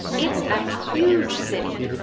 it's a huge city